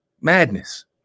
madness